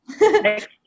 Next